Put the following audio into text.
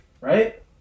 Right